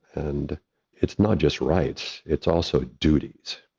and it's not just rights, it's also duties,